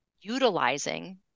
utilizing